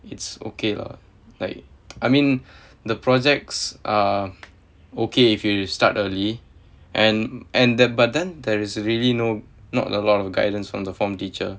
it's okay lah like I mean the projects are okay if you were to start early and and then but then there is really no not a lot of guidance from the form teacher